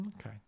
Okay